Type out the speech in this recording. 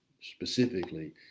specifically